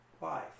life